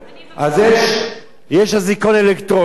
יש אזיקון אלקטרוני.